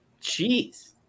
Jeez